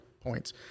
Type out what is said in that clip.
points